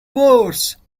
course